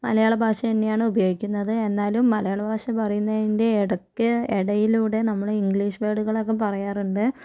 മലയാള ഭാഷ തന്നെയാണ് ഉപയോഗിക്കുന്നത് എന്നാലും മലയാള ഭാഷ പറയുന്നേൻ്റെ ഇടയ്ക്ക് ഇടയിലൂടെ നമ്മള് ഇംഗ്ലീഷ് വേഡുകളൊക്കെ പറയാറുണ്ട്